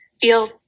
feel